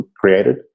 created